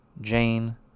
Jane